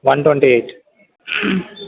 one twenty eight